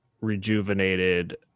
rejuvenated